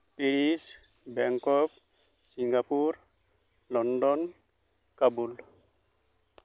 Paris Bangkok Singapore London Kabul